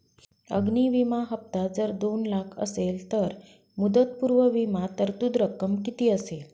अग्नि विमा हफ्ता जर दोन लाख असेल तर मुदतपूर्व विमा तरतूद रक्कम किती असेल?